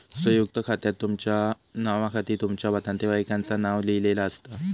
संयुक्त खात्यात तुमच्या नावाखाली तुमच्या नातेवाईकांचा नाव लिहिलेला असता